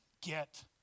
get